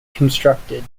constructed